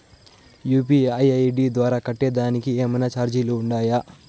UPI ID ద్వారా కట్టేదానికి ఏమన్నా చార్జీలు ఉండాయా?